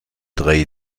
drei